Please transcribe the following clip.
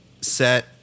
set